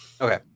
Okay